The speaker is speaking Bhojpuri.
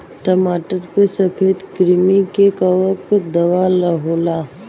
टमाटर पे सफेद क्रीमी के कवन दवा होला?